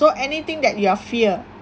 so anything that you are fear